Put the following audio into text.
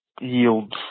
Yields